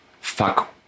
Fuck